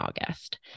August